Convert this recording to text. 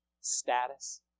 status